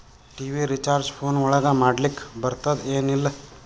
TV recharge phone ಒಳಗ ಮಾಡ್ಲಿಕ್ ಬರ್ತಾದ ಏನ್ ಇಲ್ಲ?